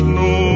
no